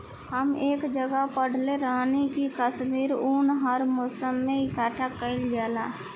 हम एक जगह पढ़ले रही की काश्मीरी उन हर मौसम में इकठ्ठा कइल जाला